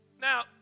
now